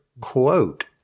quote